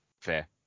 fair